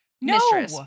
No